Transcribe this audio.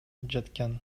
жаткан